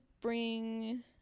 bring